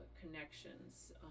connections